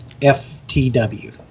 FTW